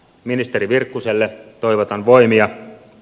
ministeri virkkuselle toivotan voimia